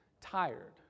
tired